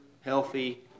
healthy